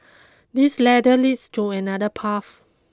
this ladder leads to another path